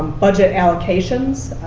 budget allocations,